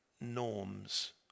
norms